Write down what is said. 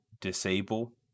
disable